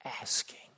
asking